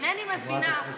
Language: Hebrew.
אינני מבינה,